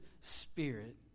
spirit